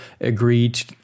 agreed